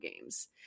games